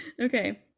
Okay